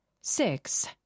six